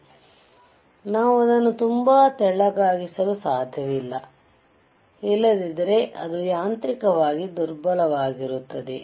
ಅರ್ಥಮಾಡಿಕೊಳ್ಳಲು ನಾವು ಅದನ್ನು ತುಂಬಾ ತೆಳ್ಳಗಾಗಿಸಲು ಸಾಧ್ಯವಿಲ್ಲ ಇಲ್ಲದಿದ್ದರೆ ಅದು ಯಾಂತ್ರಿಕವಾಗಿ ದುರ್ಬಲವಾಗಿರುತ್ತದೆ